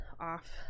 off